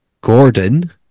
Gordon